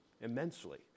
immensely